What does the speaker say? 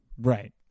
right